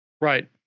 Right